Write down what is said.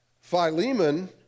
Philemon